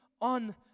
on